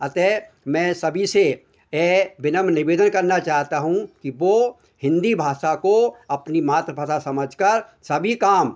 अतः मैं सभी से यह बिनम्र निवेदन करना चाहता हूँ कि वे हिन्दी भाषा को अपनी मात्रभाषा समझकर सभी काम